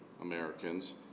Americans